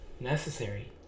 necessary